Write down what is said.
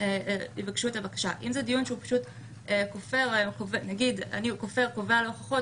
זה לא כופה על השופט.